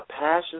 passion